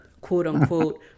quote-unquote